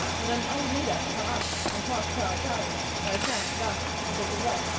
and an old nigger come up and talked to our driver while sam and us was at the well.